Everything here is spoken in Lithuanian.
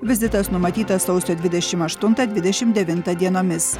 vizitas numatytas sausio dvidešim aštuntą dvidešim devintą dienomis